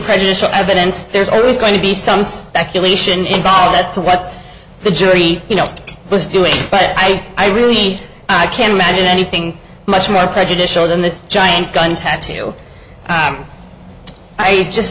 prejudicial evidence there's always going to be some speculation involved that's what the jury you know was doing but i i really i can't imagine anything much more prejudicial than this giant gun tattoo i just